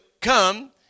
come